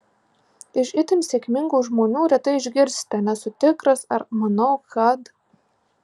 iš itin sėkmingų žmonių retai išgirsite nesu tikras ar manau kad